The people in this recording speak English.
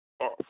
off